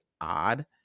odd